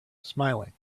smiling